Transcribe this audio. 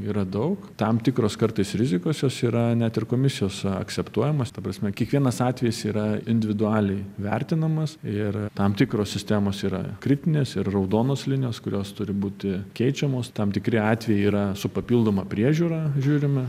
yra daug tam tikros kartais rizikos jos yra net ir komisijos akseptuojamos ta prasme kiekvienas atvejis yra individualiai vertinamas ir tam tikros sistemos yra kritinės ir raudonos linijos kurios turi būti keičiamos tam tikri atvejai yra su papildoma priežiūra žiūrime